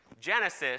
Genesis